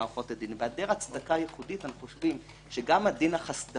במקום המילה "עד מרכזי" אנחנו מבקשים שזה יהיה עד העשוי להיות עד